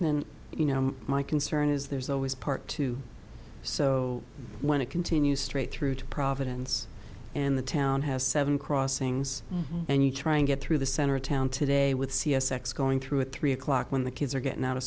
when you know my concern is there's always part two so when it continues straight through to providence and the town has seven crossings and you try and get through the center of town today with c s x going through at three o'clock when the kids are getting out of